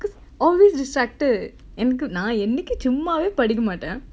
cause always distracted என்க்கு நா என்னைக்கு சும்மாவே படிக்க மாட்டேன்:enkku naa ennaikku chummaavae padikka maataen